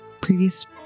previous